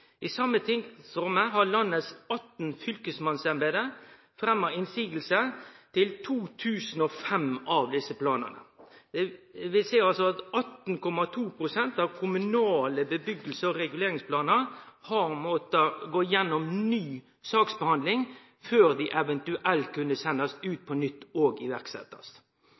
I same tidsrommet har landets 18 fylkesmannsembete fremma motsegn til 2 005 av desse planane. Det vil seie at 18,2 pst. av kommunale byggje- og reguleringsplanar har måtta gå gjennom ny saksbehandling før dei eventuelt kunne sendast ut på nytt og setjast i